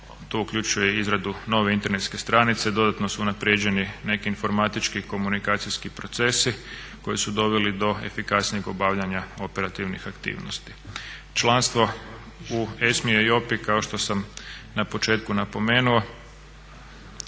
to uključuje izradu nove internetske stranice, dodatno su unaprijeđeni neki informatički i komunikacijski procesi koji su doveli do efikasnijeg obavljanja operativnih aktivnosti. Članstvo u ESMA-i i EIOPA-i kao što sam na početku napomenuo